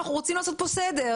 אנחנו רוצים לעשות פה סדר.